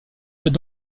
fait